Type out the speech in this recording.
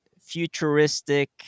futuristic